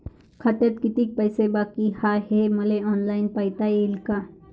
खात्यात कितीक पैसे बाकी हाय हे मले ऑनलाईन पायता येईन का?